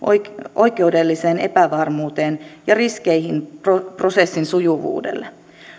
oikeudelliseen epävarmuuteen ja riskeihin prosessin sujuvuudelle